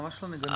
ממש לא מגנים.